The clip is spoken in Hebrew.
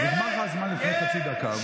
נגמר לך הזמן לפני חצי דקה.